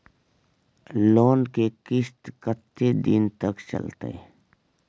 Loan के किस्त कत्ते दिन तक चलते?